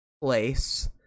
place